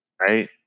right